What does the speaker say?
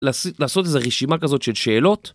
לעשות איזו רשימה כזאת של שאלות?